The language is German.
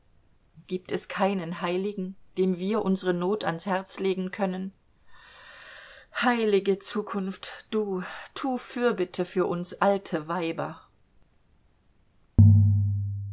gibt es keinen heiligen dem wir unsere not an's herz legen können heilige zukunft du tu fürbitte für uns alte weiber